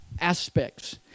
aspects